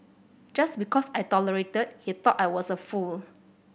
just because I tolerated he thought I was a fool